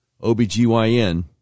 OBGYN